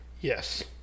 Yes